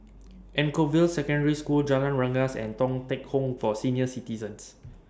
Anchorvale Secondary School Jalan Rengas and Thong Teck Home For Senior Citizens